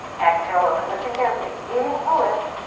exhale, lower. listen carefully. inhale, lift.